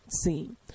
seen